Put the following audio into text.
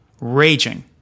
raging